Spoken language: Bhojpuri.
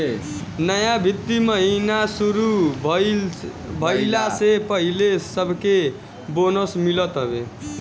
नया वित्तीय महिना शुरू भईला से पहिले सबके बोनस मिलत हवे